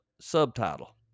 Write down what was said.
subtitle